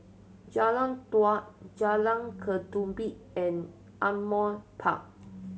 Jalan Daud Jalan Ketumbit and Ardmore Park